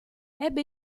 ebbe